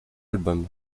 albums